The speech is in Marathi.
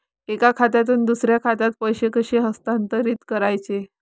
एका खात्यातून दुसऱ्या खात्यात पैसे कसे हस्तांतरित करायचे